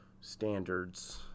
standards